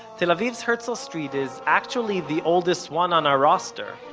tel aviv's herzl street is actually the oldest one on our roster.